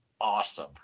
awesome